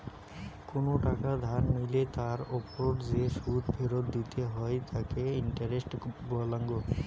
কোনো টাকা ধার লিলে তার ওপর যে সুদ ফেরত দিতে হই তাকে ইন্টারেস্ট বলাঙ্গ